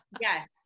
Yes